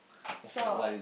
stop